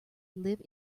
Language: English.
live